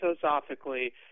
philosophically